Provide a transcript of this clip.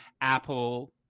Apple